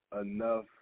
enough